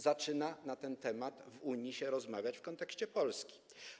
Zaczyna się na ten temat w Unii rozmawiać w kontekście Polski.